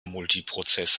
multiprozess